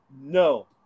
No